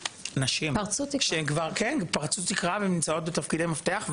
נשים, שהן כבר פרצו תקרה והן נמצאות בתפקידי מפתח.